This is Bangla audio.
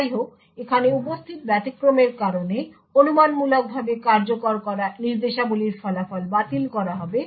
যাইহোক এখানে উপস্থিত ব্যতিক্রমের কারণে অনুমানমূলকভাবে কার্যকর করা নির্দেশাবলীর ফলাফল বাতিল করা হবে